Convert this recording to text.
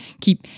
Keep